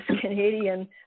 Canadian